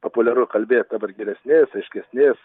populiaru kalbėt dabar geresnės aiškesnės